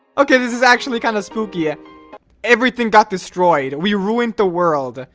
okay? this is actually kind of spooky yet everything got destroyed. we ruined the world.